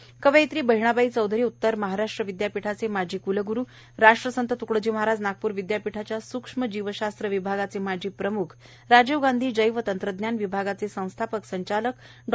नितीन राऊत कवयित्री बहिणाबाई चौधरी उत्तर महाराष्ट्र विद्यापीठाचे माजी क्लगुरू राष्ट्रसंत त्कडोजी महाराज नागपूर विद्यापीठाच्या सूक्ष्मजीवशास्त्र विभागाचे माजी प्रम्ख राजीव गांधी जैव तंत्रज्ञान विभागाचे संस्थापक संचालक डॉ